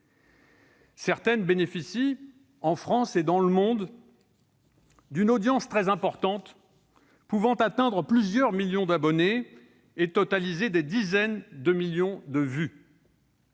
elles bénéficient, en France et dans le monde, d'une audience très importante, qui peut atteindre plusieurs millions d'abonnés et des dizaines de millions de vues.